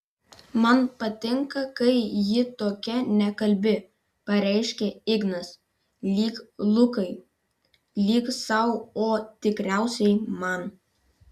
man patinka kai ji tokia nekalbi pareiškia ignas lyg lukai lyg sau o tikriausiai man